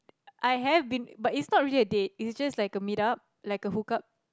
I have been but it's not really a date it was just like a meet up like a hook up